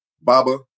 Baba